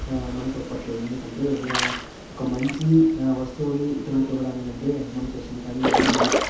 మనసు ఒప్పట్లేదు ఎందుకంటే ఒక మంచి వస్తువును ఇతరులకు ఇవ్వడానికి అంటే మనసు వస్తుంది కానీ ఇలాంటి